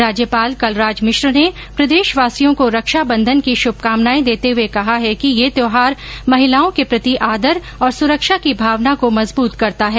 राज्यपाल कलराज मिश्र ने प्रदेशवासियों को रक्षा बंधन की शुभकामनाएं देते हुए कहा कि ये त्यौहार महिलाओं के प्रति आदर और सुरक्षा की भावना को मजबूत करता है